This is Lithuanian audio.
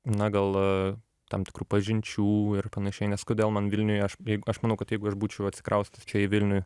na gal tam tikrų pažinčių ir panašiai nes kodėl man vilniuj aš jeig aš manau kad jeigu aš būčiau atsikraustęs čia į vilnių